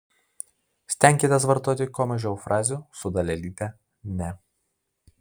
stenkitės vartoti kuo mažiau frazių su dalelyte ne